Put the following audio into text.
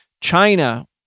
China